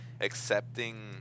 accepting